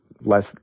less